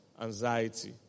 anxiety